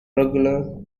regular